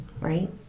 right